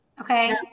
Okay